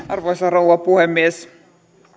arvoisa rouva puhemies